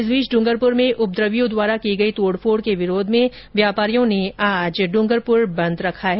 इस बीच ड्रंगरपुर में उपद्रवियों द्वारा की गई तोड़फोड़ के विरोध में व्यापारियों ने आज बंद रखा है